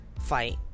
fight